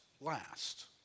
last